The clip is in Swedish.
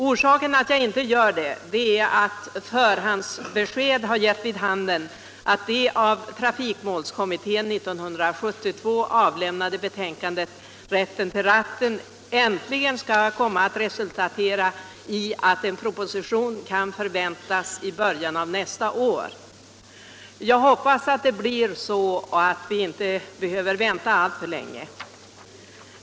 Orsaken till att jag inte gör det är att förhandsbesked gett vid handen att de av trafik målskommittén år 1972 avlämnade betänkandena Rätten till ratten äntligen skall resultera i att en proposition kan förväntas i början av nästa år. Jag hoppas att det blir så och att vi inte behöver vänta alltför länge.